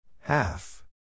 Half